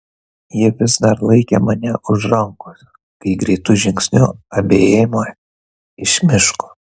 ji vis dar laikė mane už rankos kai greitu žingsniu abi ėjome iš miško